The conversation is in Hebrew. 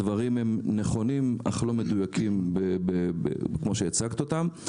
הדברים נכונים אך לא מדויקים, כמו שהצגת אותם.